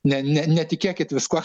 ne ne netikėkit viskuo